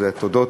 זה תודות